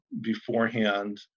beforehand